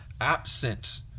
absent